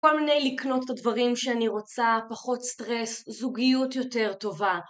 כל מיני לקנות את הדברים שאני רוצה, פחות סטרס, זוגיות יותר טובה.